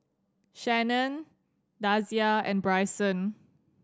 Shanon Dasia and Bryson